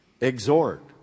Exhort